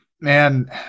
man